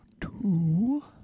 Two